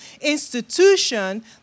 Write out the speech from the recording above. institution